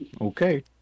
Okay